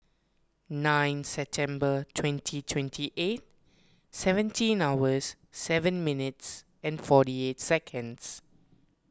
nine September twenty twenty eight seventeen hours seven minutes and forty eight seconds